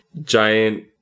giant